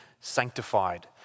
sanctified